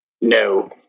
No